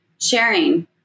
sharing